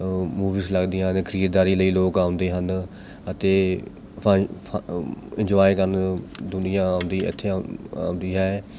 movies ਲੱਗਦੀਆਂ ਨੇ ਖਰੀਦਦਾਰੀ ਲਈ ਲੋਕ ਆਉਂਦੇ ਹਨ ਅਤੇ ਫਨ ਫ ਇੰਨਜੋਏ ਕਰਨ ਦੁਨੀਆਂ ਆਉਂਦੀ ਇੱਥੇ ਆਉਂਦੀ ਹੈ